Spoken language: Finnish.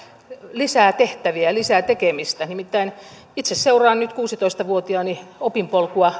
lisää tehtäviä lisää tekemistä nimittäin itse seuraan nyt kuusitoista vuotiaani opinpolkua